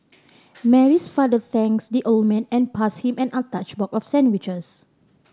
Mary's father thanks the old man and pass him an untouched box of sandwiches